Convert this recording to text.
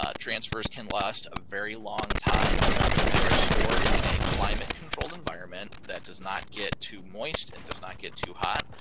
transfers can last a very long time if they are stored in a climate controlled environment that does not get too moist and does not get too hot.